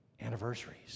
anniversaries